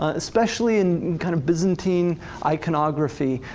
especially in kind of byzantine iconography.